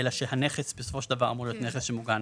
אלא שהנכס בסופו של דבר אמור להיות נכס שמוגן.